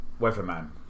Weatherman